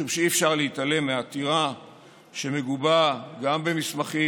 משום שאי-אפשר להתעלם מעתירה שמגובה גם במסמכים,